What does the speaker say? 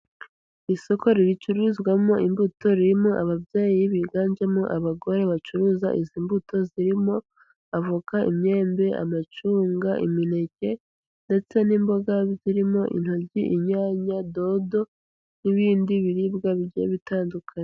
Isoko riricururizwamo imbuto ririmo ababyeyi biganjemo abagore bacuruza izi mbuto zirimo avoka, imyembe, amacunga, imineke ndetse n'imboga zirimo intoryi,, inyanya, dodo n'ibindi biribwa bigiye bitandukanye.